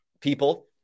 people